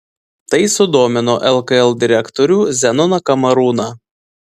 tai sudomino lkl direktorių zenoną kamarūną